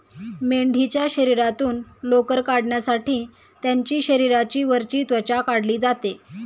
मेंढीच्या शरीरातून लोकर काढण्यासाठी त्यांची शरीराची वरची त्वचा काढली जाते